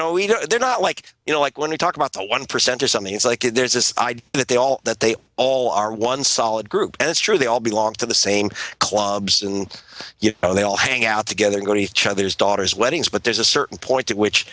know they're not like you know like when you talk about the one percent or something it's like there's this idea that they all that they all are one solid group as sure they all belong to the same clubs and you know they all hang out together going to each other's daughters weddings but there's a certain point at which